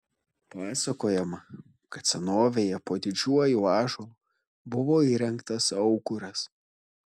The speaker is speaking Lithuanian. pasakojama kad senovėje po didžiuoju ąžuolu buvo įrengtas aukuras